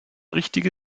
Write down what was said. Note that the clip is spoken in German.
richtige